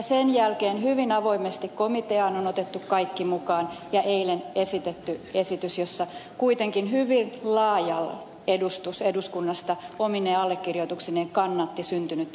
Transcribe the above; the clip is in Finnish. sen jälkeen hyvin avoimesti komiteaan on otettu kaikki mukaan ja eilen esiteltiin esitys jossa kuitenkin hyvin laaja edustus eduskunnasta omine allekirjoituksineen kannatti syntynyttä kompromissia